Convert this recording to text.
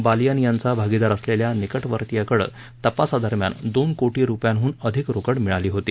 बालियन यांचा भागीदार असलेल्या निकटवर्तीयाकडे तपासादरम्यान दोन कोटी रुपयांहून अधिक रोकड मिळाली होती